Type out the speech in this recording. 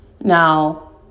Now